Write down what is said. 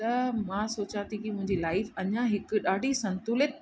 त मां सोचा थी की मुंहिंजी लाइफ अञा हिकु ॾाढी संतुलित